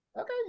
Okay